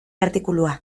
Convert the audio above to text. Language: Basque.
artikulua